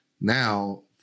now